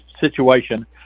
situation